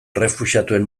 errefuxiatuen